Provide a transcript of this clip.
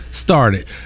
started